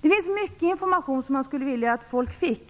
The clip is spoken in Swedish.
Det finns mycket information som jag skulle vilja att folk fick.